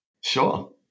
Sure